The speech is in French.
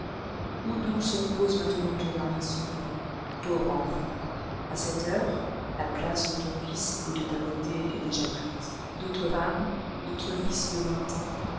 où donc se repose maintenant ton dernier sourire pauvre enfant à cette heure la place de ton vice et de ta beauté est déjà prise d'autres femmes d'autres vices de vingt ans